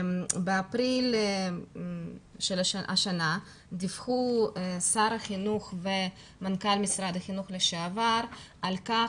באפריל השנה דיווחו שר החינוך ומנכ"ל משרד החינוך לשעבר על כך